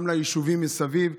גם ליישובים מסביב.